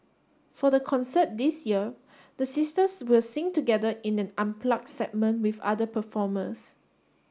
for the concert this year the sisters will sing together in an unplugged segment with other performers